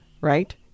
Right